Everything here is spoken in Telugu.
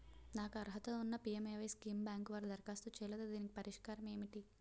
నాకు అర్హత ఉన్నా పి.ఎం.ఎ.వై స్కీమ్ బ్యాంకు వారు దరఖాస్తు చేయలేదు దీనికి పరిష్కారం ఏమిటి?